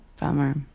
Bummer